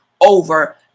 over